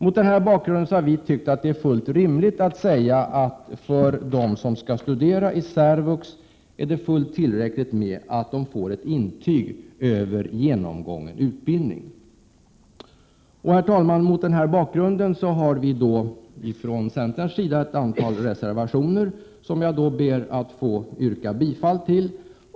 Vi har tyckt att det är helt rimligt att säga att det för dem som skall studera i särvux är fullt tillräckligt att få ett intyg över genomgången utbildning. Prot. 1987/88:126 Herr talman! Mot den här bakgrunden har vi ifrån centern ett antal 25 maj 1988 reservationer, som jag ber att få yrka bifall till.